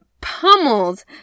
pummeled